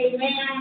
Amen